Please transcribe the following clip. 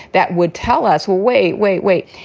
that would tell us. well, wait, wait, wait.